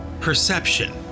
perception